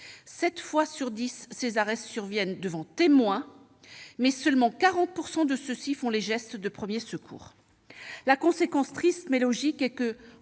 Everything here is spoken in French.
fois sur dix, ces arrêts surviennent devant témoins, mais seulement 40 % de ceux-ci font les gestes de premiers secours. La conséquence triste, mais logique, est qu'en